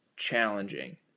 challenging